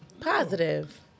Positive